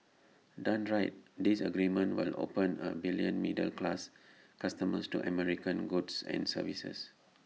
done right this agreement will open A billion middle class customers to American goods and services